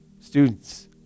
students